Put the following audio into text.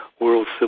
world